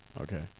Okay